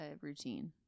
routine